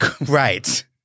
Right